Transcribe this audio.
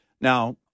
Now